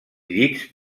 llits